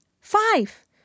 Five